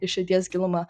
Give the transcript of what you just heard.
į širdies gilumą